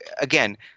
again